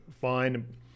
fine